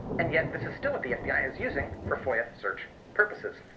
and yet, this is still what the fbi is using for foia search purposes.